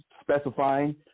specifying